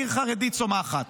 עיר חרדית צומחת.